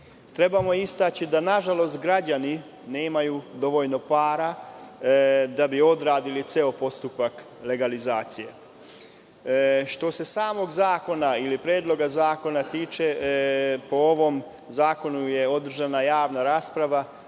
Trebamo istaći da, nažalost, građani nemaju dovoljno para da bi odradili ceo postupak legalizacije. Što se samog zakona ili Predloga zakona tiče, o ovom zakonu je održana javna rasprava